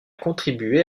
contribué